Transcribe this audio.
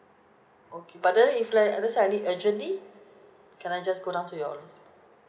okay but then if like let's say I need urgently can I just go down to your